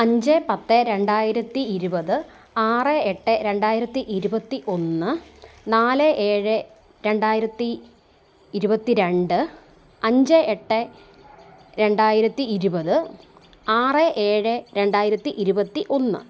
അഞ്ച് പത്ത് രണ്ടായിരത്തി ഇരുപത് ആറ് എട്ട് രണ്ടായിരത്തി ഇരുപത്തി ഒന്ന് നാല് ഏഴ് രണ്ടായിരത്തി ഇരുപത്തിരണ്ട് അഞ്ച് എട്ട് രണ്ടായിരത്തി ഇരുപത് ആറ് ഏഴ് രണ്ടായിരത്തി ഇരുപത്തി ഒന്ന്